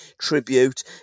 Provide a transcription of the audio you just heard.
tribute